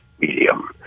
medium